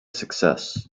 success